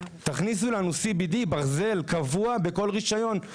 תכניסו לנו CBD קבוע בכל רישיון.